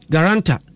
Garanta